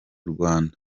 rwanda